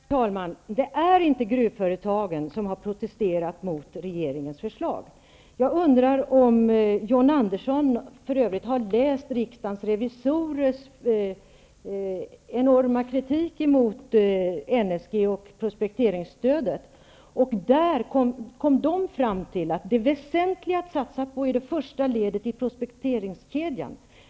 Herr talman! Det är inte gruvföretagen som har protesterat mot regeringens förslag! För övrigt undrar jag om John Andersson har läst riksdagens revisorers enorma kritik mot NSG och prospekteringsstödet. De kom fram till att det väsentliga att satsa på är det första ledet i prospekteringskedjan.